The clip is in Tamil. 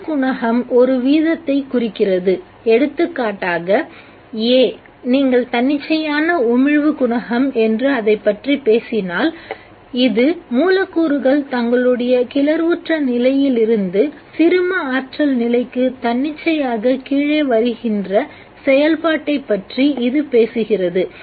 ஒரு குணகம் ஒரு வீதத்தை குறிக்கிறது எடுத்துக்காட்டாக A நீங்கள் தன்னிச்சையான உமிழ்வு குணகம் என்று அதைப்பற்றி பேசினால் இது மூலக்கூறுகள் தங்களுடைய கிளர்வுற்ற நிலையிலிருந்து சிறும ஆற்றல் நிலைக்கு தன்னிச்சையாக கீழே வருகின்ற செயல்பாட்டைப் பற்றி இது பேசுகிறது